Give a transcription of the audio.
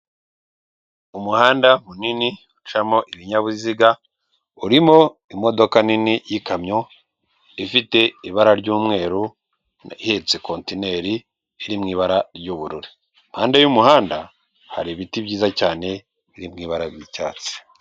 Muri iki gihe ibintu byaroroshye, ushobora kuba wibereye iwawe ugatumiza ibiribwa bitandukanye nk'inyama ndetse n'ibindi bakabikugezaho aho waba uri hose. Hari imodoka zibishinzwe urahamagara ukavuga aho uri ukabarangira neza bakabikuzanira ibi byoroheje ibintu byinshi.